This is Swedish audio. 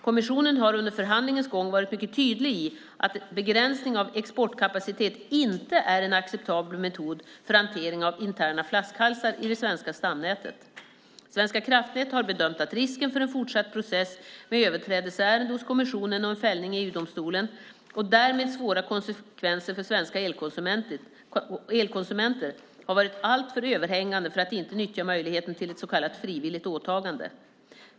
Kommissionen har under förhandlingens gång varit mycket tydlig om att begränsning av exportkapacitet inte är en acceptabel metod för hantering av interna flaskhalsar i det svenska stamnätet. Svenska kraftnät har bedömt att risken för en fortsatt process med överträdelseärendet hos kommissionen och en fällning i EU-domstolen, och därmed svåra konsekvenser för svenska elkonsumenter, har varit alltför överhängande för att inte nyttja möjligheten till ett så kallat frivilligt åtagande.